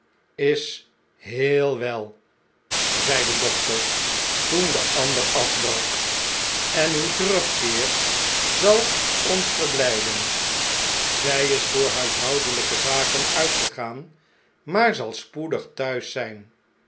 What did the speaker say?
is heel wel zei de dokter toen de ander afbrak en uw terugkeer zal ons verblijden zij is voor huishoudelijke zaken uitgegaan maar zal spoedig thuis zijn